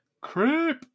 Creep